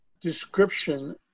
description